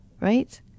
right